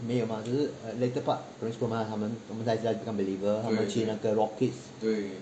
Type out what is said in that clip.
没有吗只是 later part primary school mah 我们在家 become believer 他们去那个 rock kidz